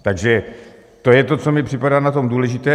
Takže to je to, co mi připadá na tom důležité.